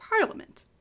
Parliament